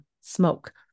smoke